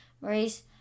Maurice